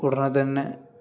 ഉടനെ തന്നെ